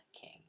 King